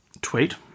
Tweet